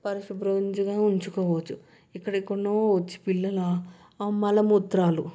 పరిశుభ్రంగా ఉంచుకోవచ్చు ఎక్కడఎక్కడనో వచ్చి పిల్లలు ఆ మలమూత్రాలు